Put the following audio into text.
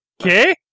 Okay